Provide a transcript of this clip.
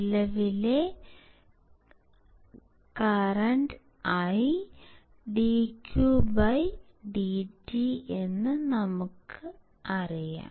നിലവിലെ I dq dt എന്ന് നമുക്കറിയാം